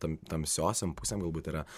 tam tamsiosiom pusėm galbūt yra